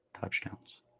touchdowns